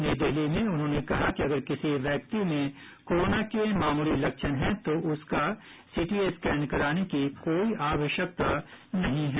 नई दिल्ली में उन्होंने कहा कि अगर किसी व्यक्ति में कोरोना के मामूली लक्षण हैं तो उसका सीटी स्कैन कराने की कोई आवश्यकता नहीं है